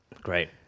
Great